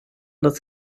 das